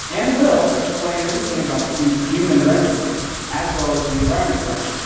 and will explain everything about the human human record as well as the environment record.